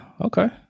Okay